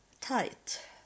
tight